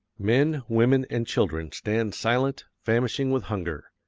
men, women, and children stand silent, famishing with hunger.